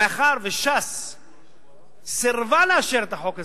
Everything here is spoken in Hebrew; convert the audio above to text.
מאחר שש"ס סירבה לאשר את החוק הזה,